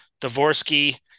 Dvorsky